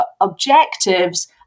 objectives